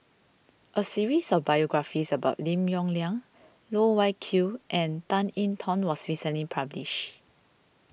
a series of biographies about Lim Yong Liang Loh Wai Kiew and Tan I Tong was recently published